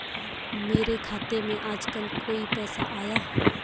मेरे खाते में आजकल कोई पैसा आया?